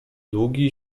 długi